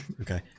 Okay